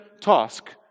task